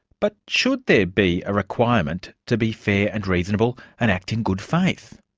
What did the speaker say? but should there be a requirement to be fair and reasonable, and act in good faith?